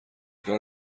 کار